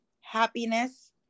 happiness